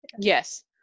Yes